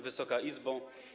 Wysoka Izbo!